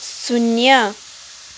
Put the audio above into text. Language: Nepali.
शून्य